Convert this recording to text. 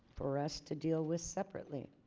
for us to deal with separately